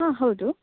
ಹಾಂ ಹೌದು